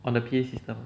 on the P_A system